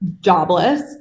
jobless